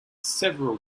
several